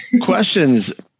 Questions